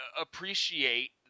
Appreciate